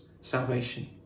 salvation